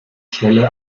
stelle